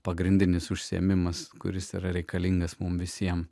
pagrindinis užsiėmimas kuris yra reikalingas mums visiems